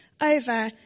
over